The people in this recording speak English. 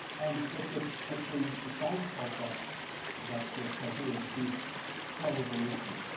and at the at the base of that that sort of coherency is coevolution.